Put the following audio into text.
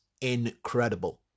incredible